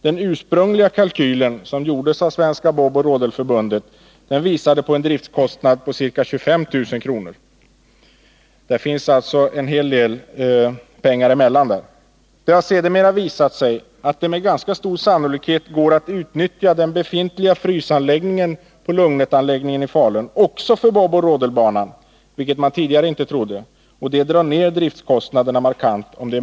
Den ursprungliga kalkylen, som gjordes av Svenska Boboch Rodelförbundet, visade på en driftkostnad av ca 25 000 kr. Det finns alltså en hel del pengar däremellan. Det har sedermera visat sig att det med ganska stor sannolikhet går att utnyttja den befintliga frysanläggningen på Lugnetanläggningen i Falun även för boboch rodelbana, vilket man tidigare inte trodde skulle gå. Detta drar ner driftkostnaderna markant.